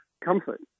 comfort